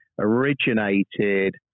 originated